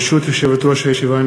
ברשות יושבת-ראש הישיבה,